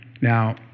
Now